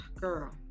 girl